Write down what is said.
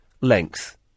length